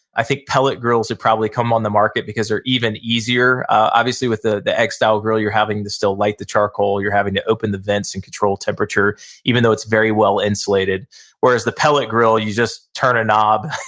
i think pellet grills would probably come on the market because they're even easier. obviously, with the egg egg style grill you're having to still light the charcoal, you're having to open the vents and control temperature even though it's very well insulated whereas the pellet grill you just turn a knob,